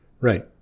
Right